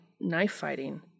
knife-fighting